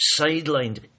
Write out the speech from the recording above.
sidelined